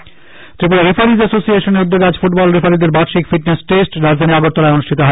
referee Tripura referees এসোসিয়েশনের উদ্যোগে আজ ফুটবল রেফারিদের বার্ষিক ফিটনেস টেস্ট রাজধানী আগরতলায় অনুষ্ঠিত হয়